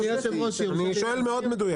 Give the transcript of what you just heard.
אני שואל מאוד מדויק.